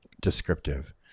descriptive